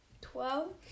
twelve